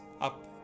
up